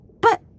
But